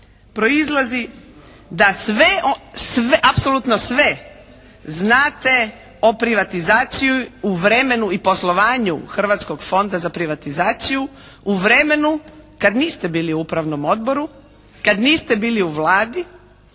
proizlazi da sve, apsolutno sve znate o privatizaciji u vremenu i poslovanju Hrvatskog fonda za privatizaciju u vremenu kad niste bili u Upravnom odboru, kad niste bili u Vladi,